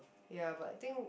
ya but I think